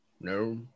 no